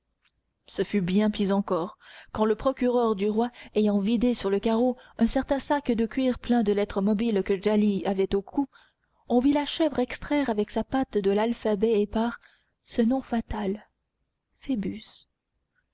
ce fut bien pis encore quand le procureur du roi ayant vidé sur le carreau un certain sac de cuir plein de lettres mobiles que djali avait au cou on vit la chèvre extraire avec sa patte de l'alphabet épars ce nom fatal